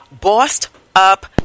bossed-up